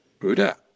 Buddha